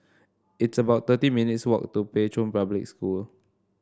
it's about thirty minutes' walk to Pei Chun Public School